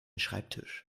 schreibtisch